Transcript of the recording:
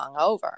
hungover